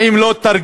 האם זה לא תרגיל?